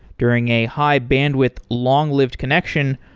during a high-bandwidth, long-lived connection,